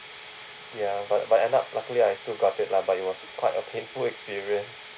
ya but but end up luckily I still got it lah but it was quite a painful experience